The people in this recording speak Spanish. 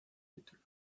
título